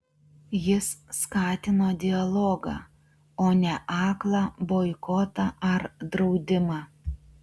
jis skatino dialogą o ne aklą boikotą ar draudimą